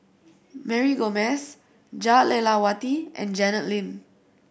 Mary Gomes Jah Lelawati and Janet Lim